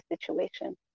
situation